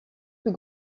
plus